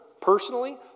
personally